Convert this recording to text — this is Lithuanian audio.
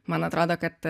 man atrodo kad